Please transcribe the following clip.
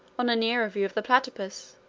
on a nearer view of the platypus,